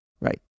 Right